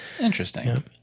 interesting